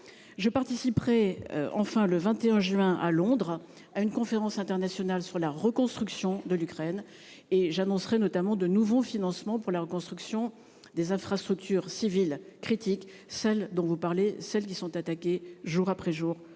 Je participerai enfin le 21 juin à Londres, à une conférence internationale sur la reconstruction de l'Ukraine et j'annoncerai notamment de nouveaux financements pour la reconstruction des infrastructures civiles critiques celle dont vous parlez, celle qui sont attaqués, jour après jour